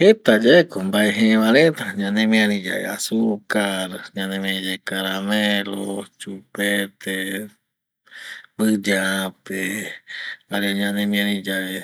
Jeta yae ko mbae jë va reta ñanemiari yave azucar, ñanemiari yave caramelo, chupete, mbɨyape jare ñanemiari yave